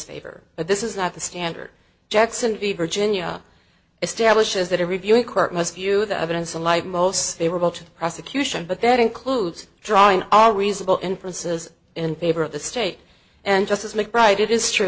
favor but this is not the standard jackson v virginia establishes that a reviewing court must view the evidence in light most favorable to the prosecution but that includes drawing all reasonable inferences in favor of the state and justice mcbride it is true